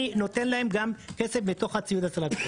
אני נותן להם כסף מתוך הציוד הצלה.